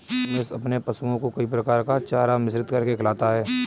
रमेश अपने पशुओं को कई प्रकार का चारा मिश्रित करके खिलाता है